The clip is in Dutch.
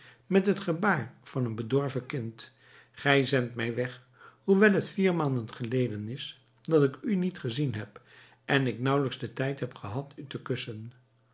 met het gebaar van een bedorven kind ge zendt mij weg hoewel t vier maanden geleden is dat ik u niet gezien heb en ik nauwelijks den tijd heb gehad u te kussen